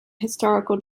historical